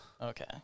Okay